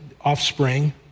offspring